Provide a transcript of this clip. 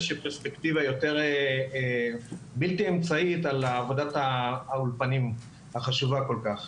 שהיא פרספקטיבה בלתי אמצעית על עבודת האולפנים החשובה כל כך.